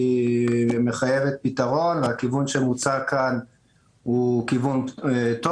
שמחייבת פתרון ושהכיוון שמוצע כאן הוא כיוון טוב.